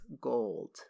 Gold